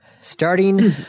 starting